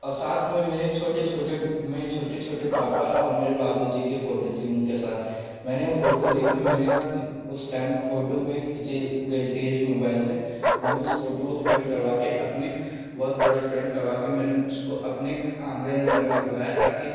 और साथ में मेरे छोटे छोटे मेरे छोटे छोटे पापा और मेरे बाबू जी की फ़ोटू थी उनके साथ मैंने वह फ़ोटू देखी मैंने कहा कि उस टाइम फ़ोटू भी खींची गई थी इस मुबाइल से मैंने उस फ़ोटू को फ़्रेम करवा के अपने बहुत बड़ा फ़्रेम करवा के मैंने उसको अपने आँगन में लगवाया ताकि